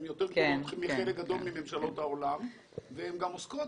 הן יותר מהירות מחלק גדול מממשלות העולם והן גם עוסקות